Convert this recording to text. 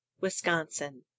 wisconsin